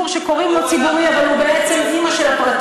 עכשיו גם שידור שקוראים לו ציבורי אבל הוא בעצם אימא של הפרטי.